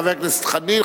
חבר הכנסת חנין,